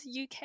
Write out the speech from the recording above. uk